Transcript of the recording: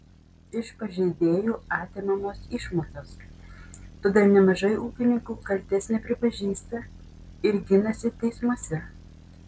iš pažeidėjų atimamos išmokos todėl nemažai ūkininkų kaltės nepripažįsta ir ginasi teismuose